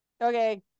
Okay